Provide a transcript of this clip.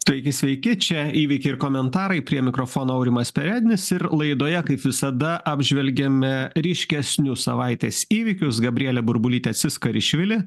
taigi sveiki čia įvykiai ir komentarai prie mikrofono aurimas perednis ir laidoje kaip visada apžvelgiame ryškesnius savaitės įvykius gabrielė burbulytėtsiskarishvili